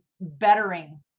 bettering